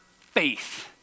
faith